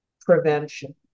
prevention